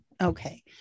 Okay